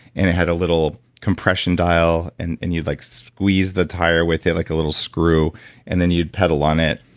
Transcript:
and it had a little compression dial and and you'd like squeeze the tire with it like a little screw and then you'd pedal on it.